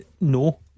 No